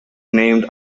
named